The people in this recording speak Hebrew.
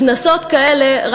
קנסות כאלה,